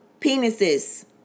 penises